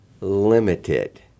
limited